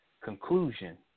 Conclusion